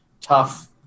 tough